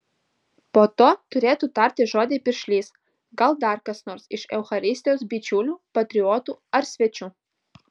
po to turėtų tarti žodį piršlys gal dar kas nors iš eucharistijos bičiulių patriotų ar svečių